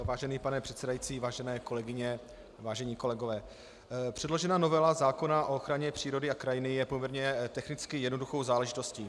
Vážený pane předsedající, vážené kolegyně, vážení kolegové, předložená novela zákona o ochraně přírody a krajiny je poměrně technicky jednoduchou záležitostí.